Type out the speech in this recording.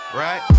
right